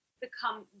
become